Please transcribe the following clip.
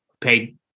paid